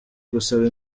gusaba